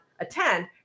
attend